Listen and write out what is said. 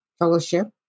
Fellowship